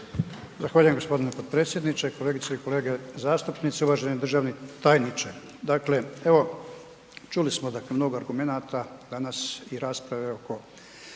(HDZ)** g. Potpredsjedniče, kolegice i kolege zastupnici, uvaženi državni tajniče. Dakle, evo čuli smo, dakle mnogo argumenata danas i rasprave oko